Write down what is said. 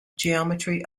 geometry